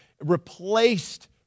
replaced